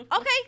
Okay